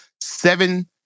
Seven